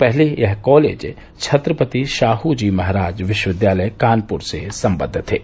पहले यह कॉलेज छत्रपति शाहू जी महाराज विश्वविद्यालय कानपुर से संबद्व थे